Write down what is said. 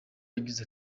yagize